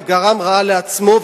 וגרם רעה לעצמו,